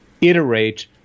iterate